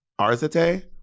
Arzate